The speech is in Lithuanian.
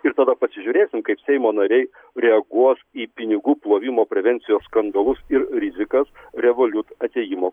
ir tada pasižiūrėsim kaip seimo nariai reaguos į pinigų plovimo prevencijos skandalus ir rizikas revolut atėjimo